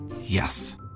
Yes